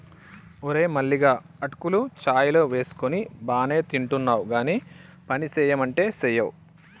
ఓరే మల్లిగా అటుకులు చాయ్ లో వేసుకొని బానే తింటున్నావ్ గానీ పనిసెయ్యమంటే సెయ్యవ్